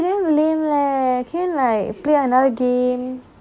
eh very lame leh can you like play another game